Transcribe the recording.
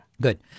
good